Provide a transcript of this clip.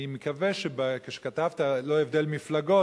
אני מקווה שכשכתבת: ללא הבדל מפלגות,